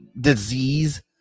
disease